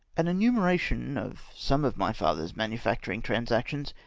an enumeration of some of my father's manufacturing transactions,